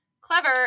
clever